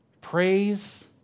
Praise